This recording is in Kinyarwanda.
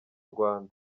rwanda